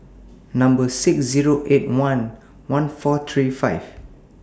six Zero eight one one four three five